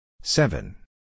Seven